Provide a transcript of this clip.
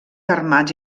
armats